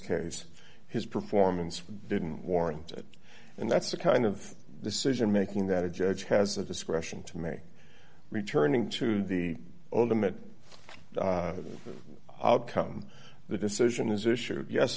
case his performance was didn't warrant it and that's the kind of decision making that a judge has the discretion to make returning to the ultimate outcome the decision is issued yes